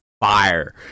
fire